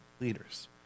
leaders